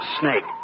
Snake